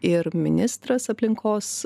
ir ministras aplinkos